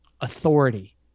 authority